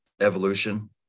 evolution